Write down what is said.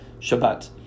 Shabbat